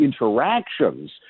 interactions